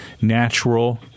natural